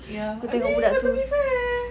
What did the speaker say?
ya I mean got to be fair